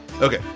Okay